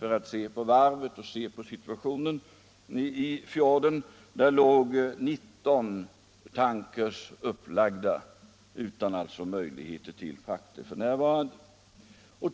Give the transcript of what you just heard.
för att se på varvet och situationen där. I fjorden låg då 19 tankers upplagda — utan möjlighet att f.n. ta frakter.